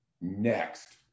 Next